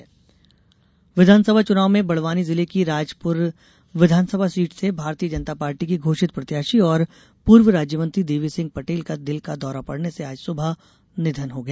प्रत्याशी निधन विधानसभा चुनाव में बड़वानी जिले की राजपुर विधानसभा सीट से भारतीय जनता पार्टी के घोषित प्रत्याशी और पूर्व राज्य मंत्री देवी सिंह पटेल का दिल का दौरा पड़ने से आज सुबह निधन हो गया